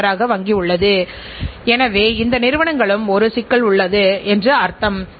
இதேபோல் உங்கள் நிறுவனத்தின் உள் பங்குதாரர்கள் அனைவரும் முக்கியம் என்று புரிந்து கொள்ள வேண்டும்